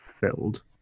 filled